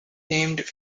named